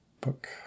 book